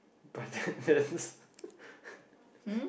but that that's